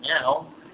now